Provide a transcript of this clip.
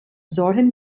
solchen